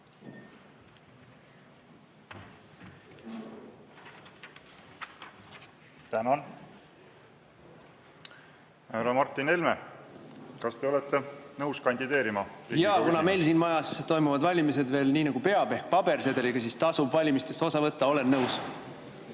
Tänan! Härra Martin Helme, kas te olete nõus kandideerima? Jaa, kuna meil siin majas toimuvad valimised veel nii, nagu peab, ehk pabersedeliga, siis tasub valimistest osa võtta. Olen nõus.